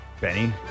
Benny